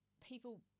people